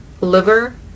liver